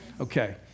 Okay